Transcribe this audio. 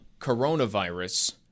coronavirus